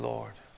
Lord